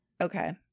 Okay